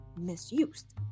misused